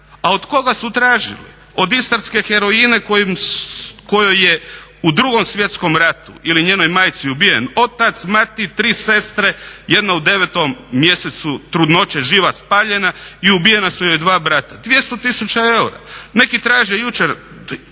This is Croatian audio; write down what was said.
A od koga su tražili od istarske heroine kojoj je u Drugom svjetskom ratu ili njenoj majci ubijen otac, mati, tri sestre, jedna u 9 mjesecu trudnoće živa spaljena i ubijena su joj dva brata. 200 tisuća eura. Neki traže jučer